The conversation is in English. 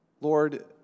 Lord